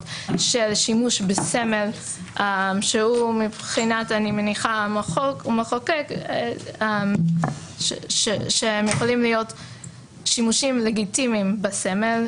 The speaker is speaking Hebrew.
של שימוש בסמל שמבחינת המחוקק יכול להיות שימוש לגיטימי בסמל,